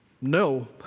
No